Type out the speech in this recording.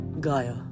Gaia